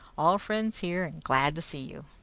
all friends here, and glad to see you!